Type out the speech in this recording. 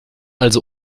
also